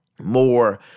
more